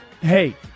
Hey